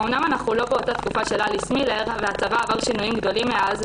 אמנם אנחנו לא באותה תקופה של אליס מילר והצבא עבר שינויים גדולים מאז.